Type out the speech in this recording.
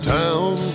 town